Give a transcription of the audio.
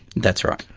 that's right.